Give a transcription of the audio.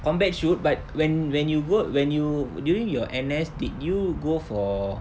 combat shoot but when when you go when you during your N_S did you go for